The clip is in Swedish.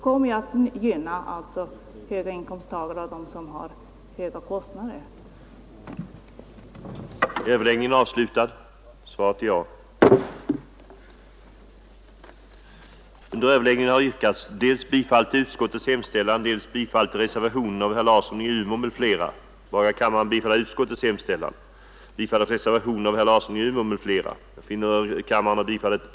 Det gynnar ju höga inkomsttagare som har stora kostnader i detta avseende.